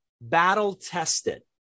battle-tested